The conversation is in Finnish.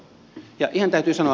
ja ihan täytyy sanoa